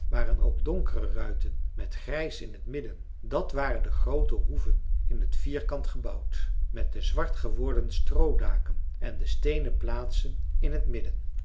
waren ook donkere ruiten met grijs in het midden dat waren de groote hoeven in het vierkant gebouwd met de zwartgeworden stroodaken en de steenen plaatsen in t midden